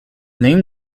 name